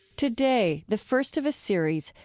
today, the first of a series,